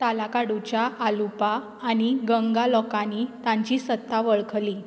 तालाकाडूच्या आलुपा आनी गंगा लोकांनी तांची सत्ता वळखली